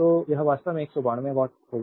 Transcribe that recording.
तो यह वास्तव में 192 वाट होगा